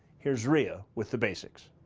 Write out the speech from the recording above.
here is ria with the basics.